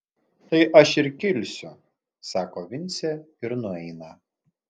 tai aš ir kilsiu sako vincė ir nueina